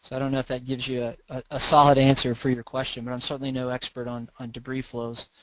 i don't know if that give you a ah solid answer for your question but i'm certainly no expert on on debris flows